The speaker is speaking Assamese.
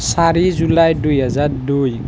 চাৰি জুলাই দুহেজাৰ দুই